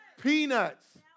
Peanuts